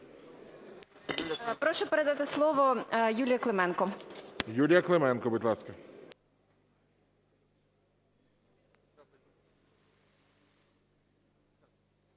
Прошу передати слово Юлії Клименко.